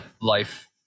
life